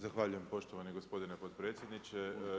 Zahvaljujem poštovani gospodine potpredsjedniče.